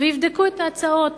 ויבדקו את ההצעות